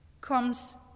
comes